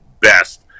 best